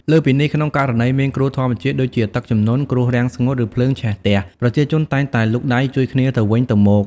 លើសពីនេះ ក្នុងករណីមានគ្រោះធម្មជាតិដូចជាទឹកជំនន់ គ្រោះរាំងស្ងួត ឬភ្លើងឆេះផ្ទះ ប្រជាជនតែងតែលូកដៃជួយគ្នាទៅវិញទៅមក។